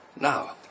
Now